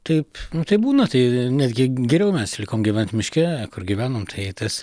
taip nu tai būna tai netgi geriau mes likom gyvent miške kur gyvenom tai tas